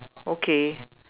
okay